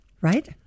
right